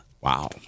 Wow